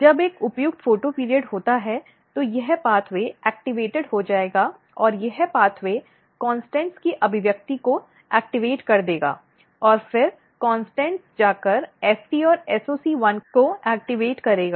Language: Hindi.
जब एक उपयुक्त फोटोपीयरोड होता है तो यह मार्ग सक्रिय हो जाएगा और यह मार्ग CONSTANTS की अभिव्यक्ति को सक्रिय कर देगा और फिर CONSTANTS जाकर FT और SOC1 को सक्रिय करेगा